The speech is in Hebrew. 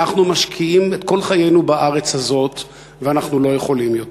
אנחנו משקיעים את כל חיינו בארץ הזאת ואנחנו לא יכולים יותר.